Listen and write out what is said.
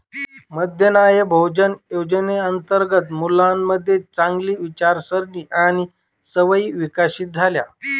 मध्यान्ह भोजन योजनेअंतर्गत मुलांमध्ये चांगली विचारसारणी आणि सवयी विकसित झाल्या